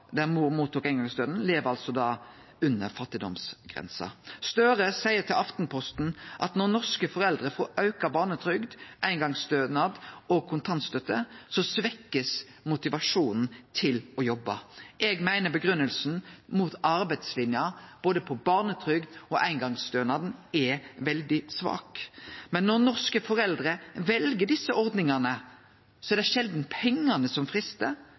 der mor fekk eingongsstønad, lever familien under fattigdomsgrensa. Gahr Støre seier til Aftenposten at når norske foreldre får auka barnetrygd, eingongsstønad og kontantstøtte, blir motivasjonen til å jobbe svekt. Eg meiner grunngivinga mot arbeidslinja når det gjeld både barnetrygda og eingongsstønaden, er veldig svak. Når norske foreldre vel desse ordningane, er det sjeldan pengane som